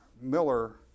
Miller